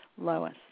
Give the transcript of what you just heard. Lois